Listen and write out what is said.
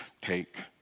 take